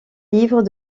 livres